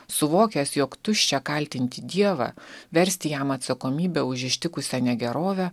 suvokęs jog tuščia kaltinti dievą versti jam atsakomybę už ištikusią negerovę